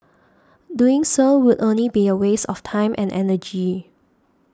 doing so would only be a waste of time and energy